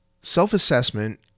Self-assessment